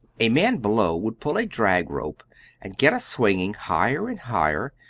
a man below would pull a drag-rope and get us swinging higher and higher,